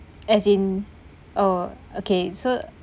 as in oh okay so